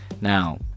Now